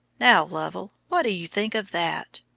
now, lovell, what do you think of that?